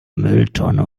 mülltonne